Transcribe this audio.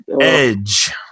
Edge